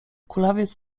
kulawiec